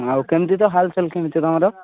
ଆଉ କେମିତି ତୋ ହାଲଚାଲ କେମିତି ତୁମର